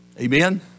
Amen